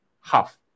half